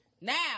Now